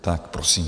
Tak prosím.